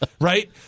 right